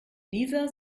nieser